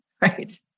right